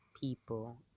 people